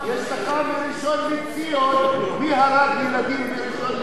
יש לך מראשון-לציון, מי הרג ילדים בראשון-לציון.